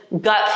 gut